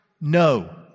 No